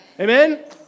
Amen